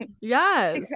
Yes